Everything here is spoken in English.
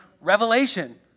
revelation